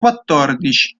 quattordici